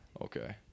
Okay